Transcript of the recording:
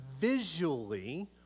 visually